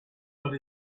but